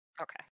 Okay